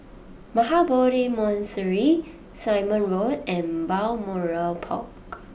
Mahabodhi Monastery Simon Road and Balmoral Park